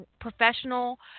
professional